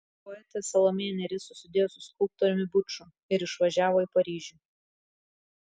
poetė salomėja nėris susidėjo su skulptoriumi buču ir išvažiavo į paryžių